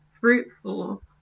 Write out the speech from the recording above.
fruitful